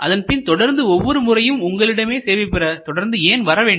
அதன்பின் தொடர்ந்து ஒவ்வொரு முறையும் உங்களிடமே சேவை பெற தொடர்ந்து ஏன் வரவேண்டும்